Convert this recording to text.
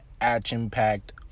action-packed